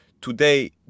today